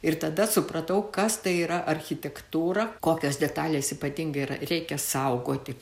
ir tada supratau kas tai yra architektūra kokios detalės ypatingai ir reikia saugoti